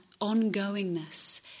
ongoingness